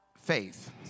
faith